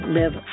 live